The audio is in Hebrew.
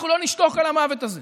אנחנו לא נשתוק על המוות הזה.